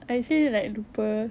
I actually like lupa